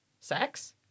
sex